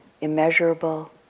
immeasurable